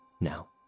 Now